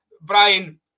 Brian